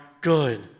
good